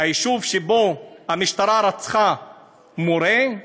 היישוב שבו המשטרה רצחה מורה,